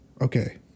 okay